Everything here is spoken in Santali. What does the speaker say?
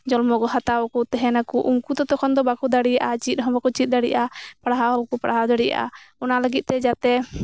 ᱡᱚᱱᱢᱚ ᱠᱚ ᱦᱟᱛᱟᱣᱟ ᱠᱚ ᱛᱟᱦᱮᱸᱱᱟᱠᱚ ᱩᱱᱠᱩ ᱫᱚ ᱛᱚᱠᱷᱚᱱ ᱫᱚ ᱵᱟᱠᱚ ᱫᱟᱲᱮᱭᱟᱜᱼᱟ ᱪᱮᱫ ᱦᱚᱸ ᱵᱟᱠᱚ ᱪᱮᱫ ᱫᱟᱲᱮᱭᱟᱜᱼᱟ ᱯᱟᱲᱦᱟᱣ ᱵᱟᱠᱚ ᱯᱟᱲᱦᱟᱣ ᱫᱟᱲᱮᱭᱟᱜᱼᱟ ᱚᱱᱟ ᱞᱟᱹᱜᱤᱫ ᱛᱮ ᱡᱟᱛᱮ